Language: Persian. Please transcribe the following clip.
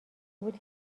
بود